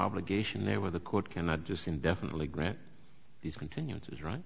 obligation there where the court cannot just indefinitely grant these continuance is right